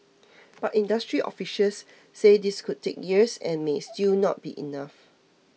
but industry officials say this could take years and may still not be enough